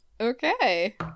okay